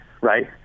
right